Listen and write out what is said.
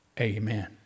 Amen